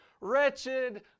wretched